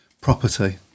property